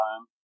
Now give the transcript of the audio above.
time